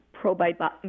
probiotic